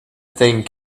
thing